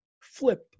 flip